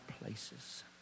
places